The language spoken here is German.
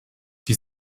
die